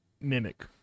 mimic